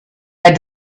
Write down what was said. had